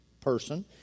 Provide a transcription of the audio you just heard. person